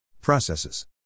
Processes